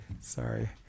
Sorry